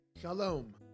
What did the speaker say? Shalom